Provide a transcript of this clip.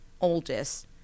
oldest